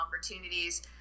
opportunities